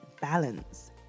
balance